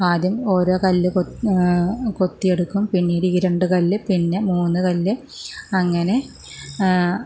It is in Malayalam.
ആദ്യം ഓരോ കല്ല് കൊത്തി എടുക്കും പിന്നീട് ഈ രണ്ട് കല്ല് പിന്നെ മൂന്ന് കല്ല് അങ്ങനെ